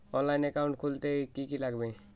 অনলাইনে একাউন্ট খুলতে কি কি লাগবে?